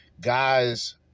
guys